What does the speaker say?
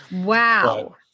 Wow